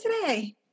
today